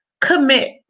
commit